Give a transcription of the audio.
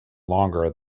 longer